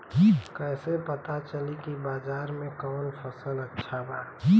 कैसे पता चली की बाजार में कवन फसल अच्छा बा?